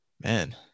man